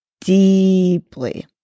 deeply